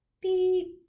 beep